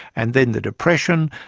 and then the depression,